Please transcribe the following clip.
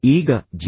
ಈಗ ಜಿ